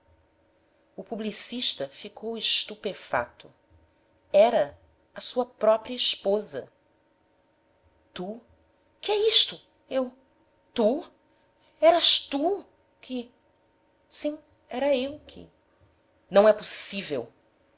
o publicista ficou estupefato era a sua própria esposa tu que é isto eu tu eras tu que sim era eu que não é possível